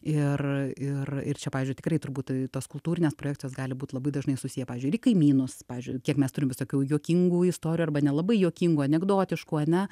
ir ir ir čia pavyzdžiui tikrai turbūt tos kultūrinės projekcijos gali būt labai dažnai susiję pavyzdžiui ir į kaimynus pavyzdžiui kiek mes turim visokių juokingų istorijų arba nelabai juokingų anekdotiškų ane